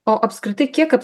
o apskritai kiek